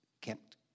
kept